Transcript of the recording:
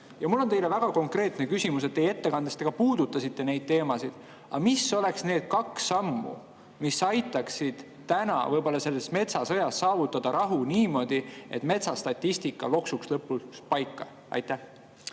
Mul on teile väga konkreetne küsimus. Ettekandes te ka puudutasite neid teemasid. Mis oleks need kaks sammu, mis aitaksid selles metsasõjas saavutada rahu niimoodi, et metsastatistika loksuks lõpuks paika? Aitäh!